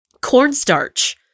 cornstarch